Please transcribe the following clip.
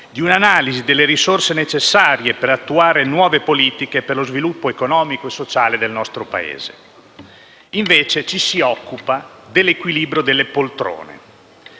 di un'analisi delle risorse necessarie per attuare nuove politiche per lo sviluppo economico e sociale del nostro Paese. Al contrario, ci si occupa dell'equilibrio delle poltrone.